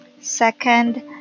Second